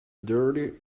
dirty